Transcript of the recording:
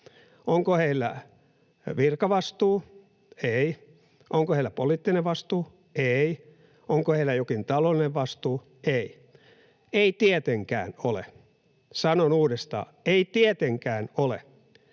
Onko heillä virkavastuu? Ei. Onko heillä poliittinen vastuu? Ei. Onko heillä jokin taloudellinen vastuu? Ei. Ei tietenkään ole. Sanon uudestaan: ei tietenkään ole.